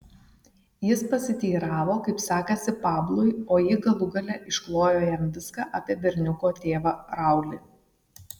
jis pasiteiravo kaip sekasi pablui o ji galų gale išklojo jam viską apie berniuko tėvą raulį